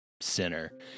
center